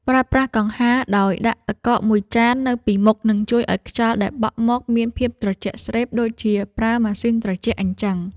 ប្រើប្រាស់កង្ហារដោយដាក់ទឹកកកមួយចាននៅពីមុខនឹងជួយឱ្យខ្យល់ដែលបក់មកមានភាពត្រជាក់ស្រេបដូចជាប្រើម៉ាស៊ីនត្រជាក់អញ្ចឹង។